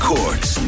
Courts